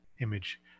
image